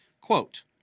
Quote